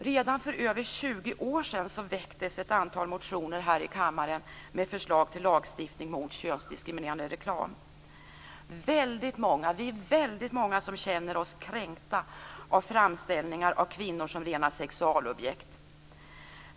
Redan för över 20 år sedan väcktes ett antal motioner här i kammaren med förslag till lagstiftning mot könsdiskriminerande reklam. Vi är väldigt många som känner oss kränkta av framställningar av kvinnor som rena sexualobjekt.